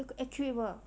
accurate [what]